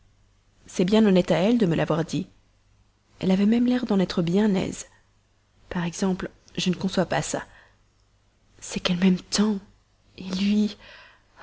c'est bien honnête à elle de me l'avoir dit elle avait même l'air d'en être bien aise par exemple je ne conçois pas cela c'est qu'elle m'aime tant lui oh